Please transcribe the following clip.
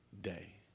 day